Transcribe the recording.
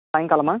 సాయంకాలమా